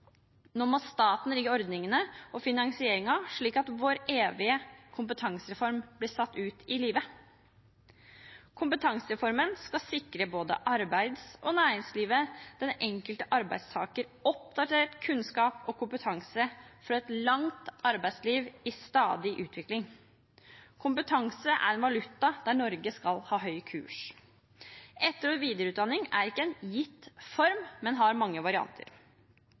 Nå må staten rigge ordninger og finansiering slik at vår evige kompetansereform blir satt ut i livet. Kompetansereformen skal sikre både arbeids- og næringslivet og den enkelte arbeidstaker oppdatert kunnskap og kompetanse for et langt arbeidsliv i stadig utvikling. Kompetanse er en valuta der Norge skal ha høy kurs. Etter- og videreutdanning er ikke en gitt form, men har mange varianter.